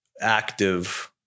active